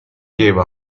gave